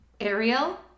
Ariel